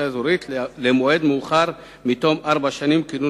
האזורית למועד מאוחר מתום ארבע שנים לכינון